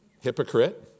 hypocrite